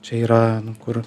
čia yra nu kur